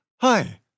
Hi